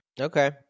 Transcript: Okay